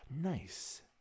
nice